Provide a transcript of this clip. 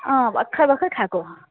अँ भर्खर भर्खर खाएको